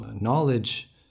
knowledge